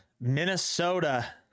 Minnesota